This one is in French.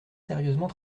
sérieusement